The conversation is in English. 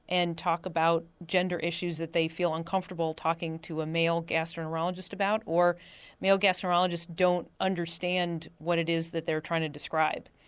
and talk about gender issues that they feel uncomfortable talking to a male gastroenterologist about. or male gastroenterologists don't understand what it is that they're trying to describe.